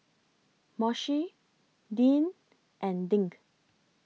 Moshe Deann and Dink